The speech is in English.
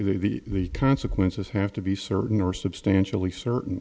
to be the consequences have to be certain or substantially certain